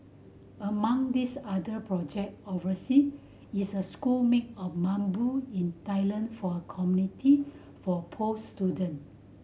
among this other projects oversea is a school made of bamboo in Thailand for a community for poor student